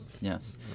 Yes